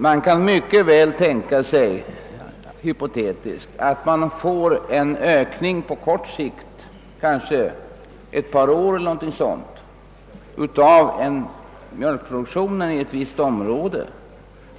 Man kan mycket väl hypotetiskt tänka sig, att man får en ökning på kort sikt av mjölkproduktionen i ett visst område